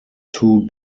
two